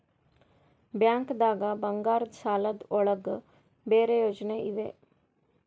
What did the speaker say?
ಬ್ಯಾಂಕ್ದಾಗ ಬಂಗಾರದ್ ಸಾಲದ್ ಒಳಗ್ ಬೇರೆ ಯೋಜನೆ ಇವೆ?